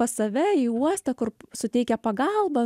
pas save į uostą kur suteikia pagalbą